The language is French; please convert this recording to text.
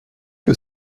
que